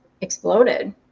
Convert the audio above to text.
exploded